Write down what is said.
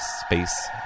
Space